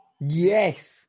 Yes